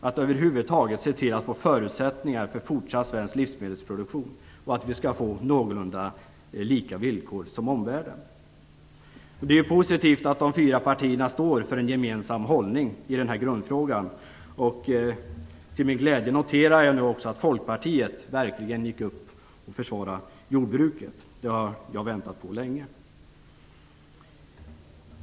Det handlar om att se till att vi över huvud taget får förutsättningar för en fortsatt svensk livsmedelsproduktion och om att vi skall få någorlunda lika villkor som omvärlden. Det är positivt att de fyra partierna står för en gemensam hållning i denna grundfråga. Till min glädje noterar jag nu också att Folkpartiet verkligen gick upp och försvarade jordbruket. Det har jag väntat på länge.